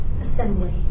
Assembly